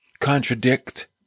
contradict